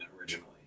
originally